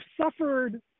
suffered